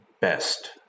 best